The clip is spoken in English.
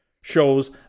shows